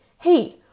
Hey